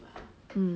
mm